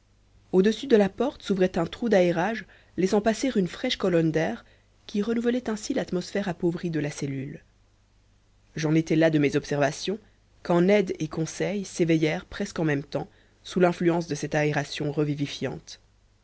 au-dessus de la porte s'ouvrait un trou d'aérage laissant passer une fraîche colonne d'air qui renouvelait ainsi l'atmosphère appauvrie de la cellule j'en étais là de mes observations quand ned et conseil s'éveillèrent presque en même temps sous l'influence de cette aération